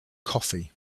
coffee